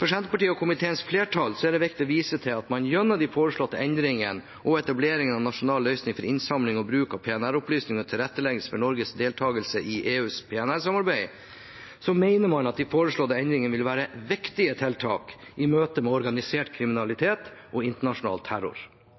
For Senterpartiet og komiteens flertall er det viktig å vise til at når det gjelder de foreslåtte endringene og etablering av en nasjonal løsning for innsamling og bruk av PNR-opplysninger og tilretteleggelse for Norges deltagelse i EUs PNR-samarbeid, mener man at de foreslåtte endringene vil være viktige tiltak i møtet med organisert kriminalitet og internasjonal terror.